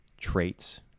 traits